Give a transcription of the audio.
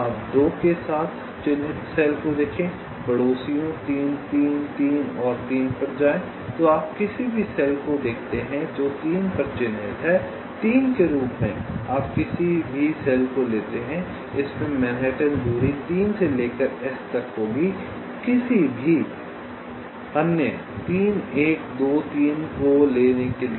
आप 2 के साथ चिह्नित सेल को देखें पड़ोसियों 3 3 3 और 3 पर जाएं तो आप किसी भी सेल को देखते हैं जो 3 पर चिह्नित है 3 के रूप में आप किसी भी सेल को लेते हैं इसमें मैनहट्टन दूरी 3 से लेकर S तक होगी किसी भी अन्य 3 1 2 3 को लेने के लिए